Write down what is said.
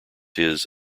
his